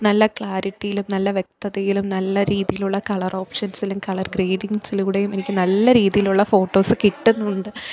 നല്ല ക്ലാരിറ്റിയിലും നല്ല വ്യക്തതയിലും നല്ല രീതിയിൽ ഉള്ള കളറോപ്ഷൻസിലും കളർ ക്രീയേറ്റിങ്സിലൂടെയും എനിക്ക് നല്ല രീതിയിൽ ഉള്ള ഫോട്ടോസ് കിട്ടുന്നുണ്ട്